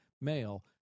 male